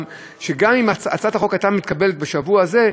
שגם אם הצעת החוק הייתה מתקבלת בשבוע הזה,